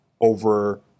over